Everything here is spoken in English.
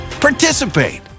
participate